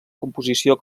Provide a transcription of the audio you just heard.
composició